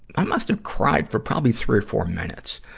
i must have cried for probably three or four minutes.